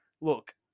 look